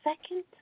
second